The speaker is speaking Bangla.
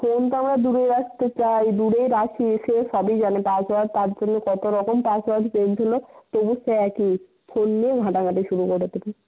ফোন তো আমরা দূরে রাখতে চাই দূরেই রাখি সে সবই জানে তারপর তার জন্য কত রকম পাসওয়ার্ড চেঞ্জ হল তবু সে একই ফোন নিয়ে ঘাঁটা ঘাঁটি শুরু করতে থাকে